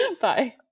Bye